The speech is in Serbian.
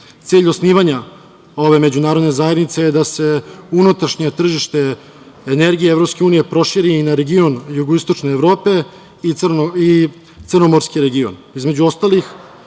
Cilj osnivanja ove međunarodne zajednice je da se unutrašnje tržište energije EU proširi i na region Jugoistočne Evrope i Crnomorski region.